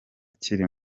kiri